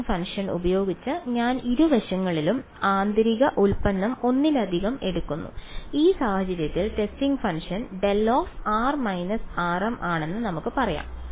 testing function ഉപയോഗിച്ച് ഞാൻ ഇരുവശങ്ങളുടെയും ആന്തരിക ഉൽപ്പന്നം ഒന്നിലധികം എടുക്കുന്നു ഈ സാഹചര്യത്തിൽ ടെസ്റ്റിംഗ് ഫംഗ്ഷൻ δr − rm ആണെന്ന് നമുക്ക് പറയാം